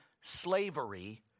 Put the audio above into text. slavery